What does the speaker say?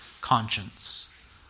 conscience